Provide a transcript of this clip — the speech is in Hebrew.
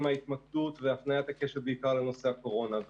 עם ההתמקדות והפניית הקשב בעיקר לנושא הקורונה,